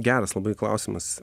geras labai klausimas